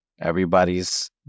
everybody's